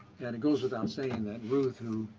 and it goes without saying that ruth, who,